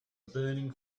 burning